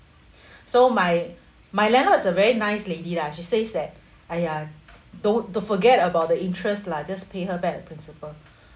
so my my landlord's a very nice lady lah she says that !aiya! don't to forget about the interest lah just pay her back principle